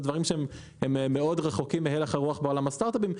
דברים שהם מאוד רחוקים מהלך הרוח בעולם הסטארט-אפים.